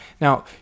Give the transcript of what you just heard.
Now